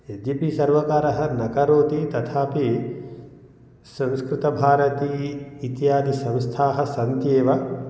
यद्यपि सर्वकारः न करोति तथापि संस्कृतभारती इत्यादि संस्थाः सन्त्येव